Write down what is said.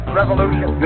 revolution